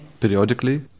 periodically